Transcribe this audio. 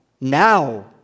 now